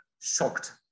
shocked